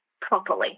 properly